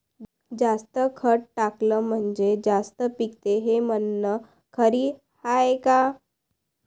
जास्त खत टाकलं म्हनजे जास्त पिकते हे म्हन खरी हाये का?